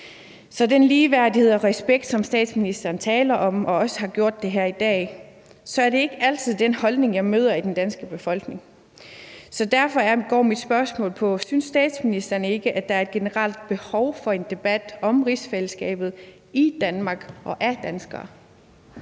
Så den ligeværdighed og respekt, som statsministeren taler om og også har talt om her i dag, er ikke altid det, jeg møder i den danske befolkning. Derfor går mit spørgsmål på: Synes statsministeren ikke, at der er et generelt behov for en debat om rigsfællesskabet i Danmark og af danskere?